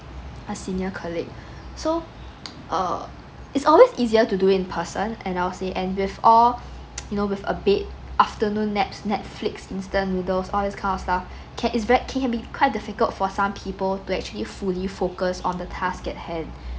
a senior colleague so uh it's always easier to do in person and I'll say and with all you know with a bit afternoon naps netflix instant noodles all these kind of stuff can is very can be quite difficult for some people to actually fully focus on the task at hand